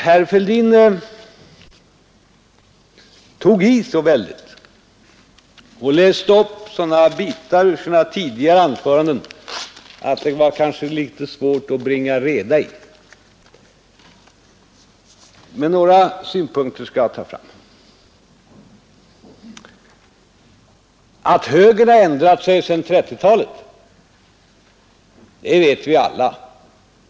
Herr Fälldin tog i så väldigt och läste upp sådana bitar ur sina tidigare anföranden, att det kanske var litet svårt att bringa reda i det. Men några synpunkter skall jag ta fram. Att högern har ändrat sig sedan 1930-talet, vet vi alla.